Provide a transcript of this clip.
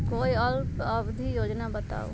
कोई अल्प अवधि योजना बताऊ?